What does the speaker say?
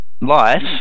life